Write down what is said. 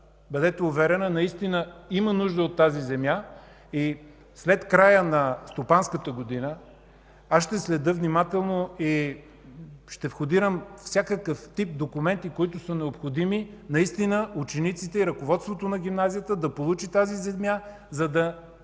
бъдете уверена, има нужда от тази земя и след края на стопанската година аз ще следя внимателно и ще входирам всякакъв тип документи, които са необходими наистина учениците и ръководството на гимназията да получат тази земя, за да